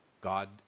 God